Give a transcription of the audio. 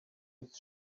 its